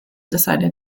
decided